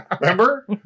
Remember